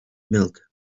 milk